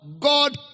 God